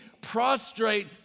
prostrate